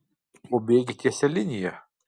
ko bėgi tiesia linija